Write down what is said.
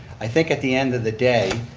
i think at the end of the day,